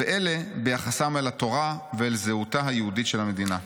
ואלה ביחסם אל התורה ואל זהותה היהודית של המדינה.